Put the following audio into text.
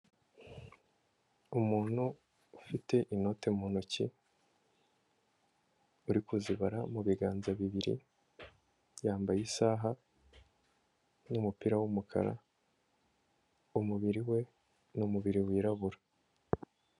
Umuntu ufite inoti mu ntoki, uri kuzibara mu biganza bibiri, yambaye isaha n'umupira w'umukara, umubiri we ni umubiri wirabura.